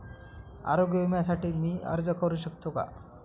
आरोग्य विम्यासाठी मी अर्ज करु शकतो का?